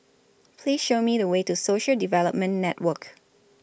Please Show Me The Way to Social Development Network